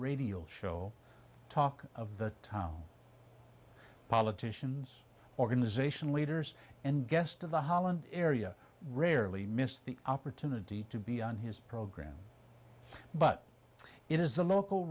radio show of the politicians organization leaders and guest of the area rarely miss the opportunity to be on his program but it is the local